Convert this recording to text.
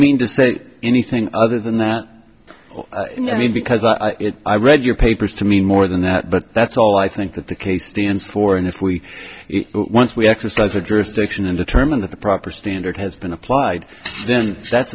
mean to say anything other than that i mean because i read your papers to me more than that but that's all i think that the case stands for and if we once we exercise the jurisdiction and determine that the proper standard has been applied then that's